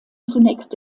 zunächst